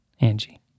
Angie